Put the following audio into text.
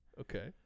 Okay